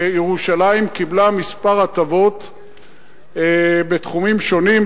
שירושלים קיבלה כמה הטבות בתחומים שונים,